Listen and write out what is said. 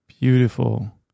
beautiful